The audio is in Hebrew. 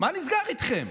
מה נסגר איתכם?